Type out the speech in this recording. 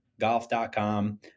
golf.com